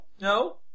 no